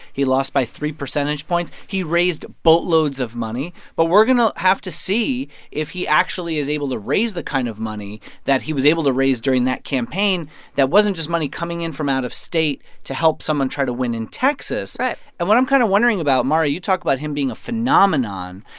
he lost by three percentage points. he raised boatloads of money. but we're going to have to see if he actually is able to raise the kind of money that he was able to raise during that campaign that wasn't just money coming in from out of state to help someone try to win in texas right and what i'm kind of wondering about mara, you talk about him being a phenomenon.